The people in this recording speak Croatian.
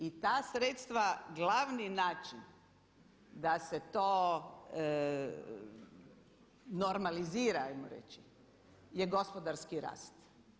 I ta sredstva glavni način da se to normalizira hajmo reći je gospodarski rast.